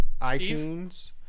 iTunes